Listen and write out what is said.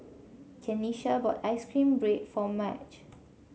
Kenisha bought ice cream bread for Marge